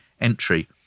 entry